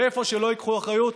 איפה שלא ייקחו אחריות,